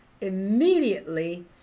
immediately